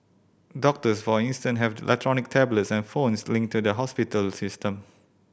doctors for instance have electronic tablets and phones linked to the hospital system